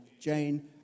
Jane